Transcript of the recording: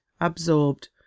absorbed